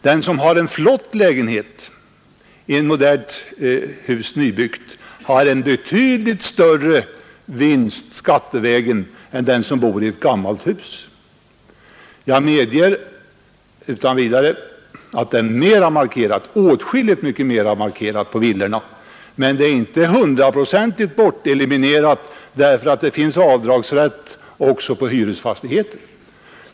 Den som har en flott lägenhet i ett modernt, nybyggt hus gör en betydligt större skattemässig vinst än den som bor i ett gammalt hus. Jag medger utan vidare att vinsten är åtskilligt mer markerad för den som bor i villor, men den är inte hundraprocentigt eliminerad för dem som bor i hyresfastigheter.